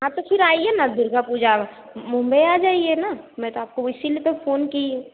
हाँ तो फिर आइए ना दुर्गा पूजा मुंबई आ जाइए ना मैं तो आपको इसी लिए तो फ़ोन की